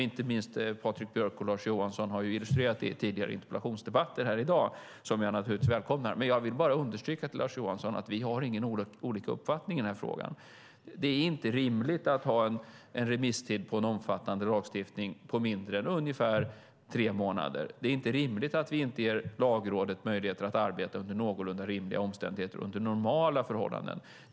Inte minst Patrik Björck och Lars Johansson har illustrerat detta i tidigare interpellationsdebatter här i dag, vilket jag naturligtvis välkomnar. Jag vill bara understryka för Lars Johansson att vi inte har olika uppfattningar i frågan. Det är inte rimligt att ha en remisstid på en omfattande lagstiftning på mindre än ungefär tre månader. Det är inte rimligt att vi inte ger Lagrådet möjligheter att arbeta under någorlunda rimliga omständigheter under normala förhållanden.